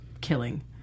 killing